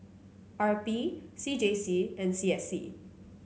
R P C J C and C S C